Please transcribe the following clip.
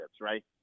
right